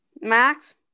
Max